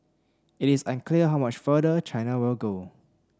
it is unclear how much farther China will go